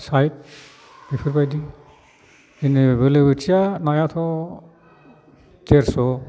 site बेफोरबादि बिदिनो बोलोबोथिया नायाथ' देरस'